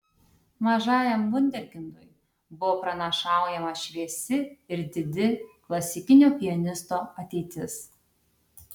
mažajam vunderkindui buvo pranašaujama šviesi ir didi klasikinio pianisto ateitis